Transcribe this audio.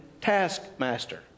taskmaster